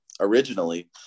originally